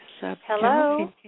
Hello